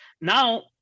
Now